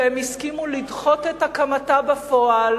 והם הסכימו לדחות את הקמתה בפועל